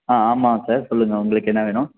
ஆ ஆமா சார் சொல்லுங்கள் உங்களுக்கு என்ன வேணும்